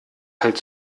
halt